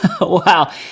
Wow